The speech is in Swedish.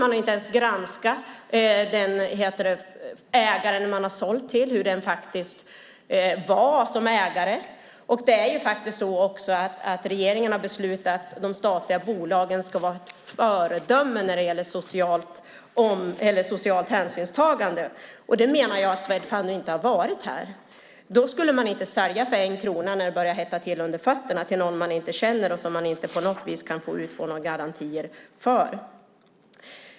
Man har inte heller granskat den man har sålt till och hur den ägaren var som ägare. Regeringen har faktiskt beslutat att de statliga bolagen ska vara ett föredöme när det gäller socialt hänsynstagande. Det kan man inte ha varit här. Då skulle man inte sälja för en krona när det började hetta till under fötterna, och inte till någon man inte känner till och kan få garantier för.